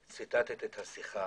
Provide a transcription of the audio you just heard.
ציטטת את השיחה